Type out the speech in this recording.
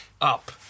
up